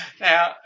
Now